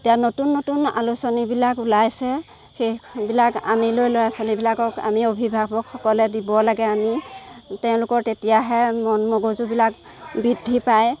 এতিয়া নতুন নতুন আলোচলীবিলাক ওলাইছে সেইবিলাক আনি লৈ ল'ৰা ছোৱালীবিলাকক আমি অভিভাৱকসকলে দিব লাগে আনি তেওঁলোকৰ তেতিয়াহে মন মগজুবিলাক বৃদ্ধি পায়